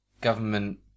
government